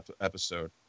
episode